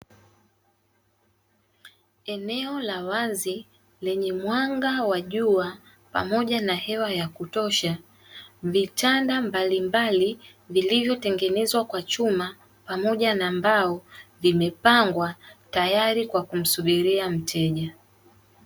Eneo la wazi lenye mwanga wa jua pamoja na hewa ya kutosha, vitanda mbalimbali vilivyotengenezwa kwa chuma pamoja na mbao vimepangwa tayari kwa kumsubiria mteja.